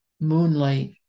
moonlight